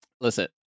Listen